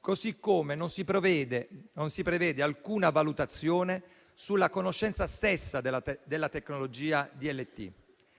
così come non si prevede alcuna valutazione sulla conoscenza stessa della tecnologia DLT.